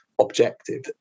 objective